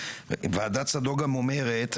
ועדת צדוק גם אומרת,